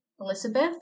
Elizabeth